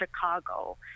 Chicago